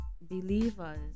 believers